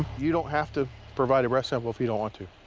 you don't have to provide a breath sample if you don't want to.